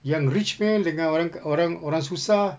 yang rich man dengan orang orang orang susah